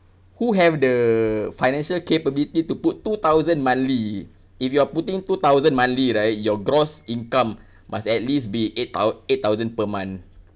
who have the financial capability to put two thousand monthly if you are putting two thousand monthly right your gross income must at least be eight thou~ eight thousand per month